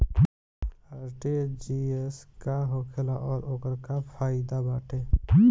RTGS का होखेला और ओकर का फाइदा बाटे?